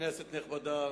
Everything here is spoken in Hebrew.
כנסת נכבדה,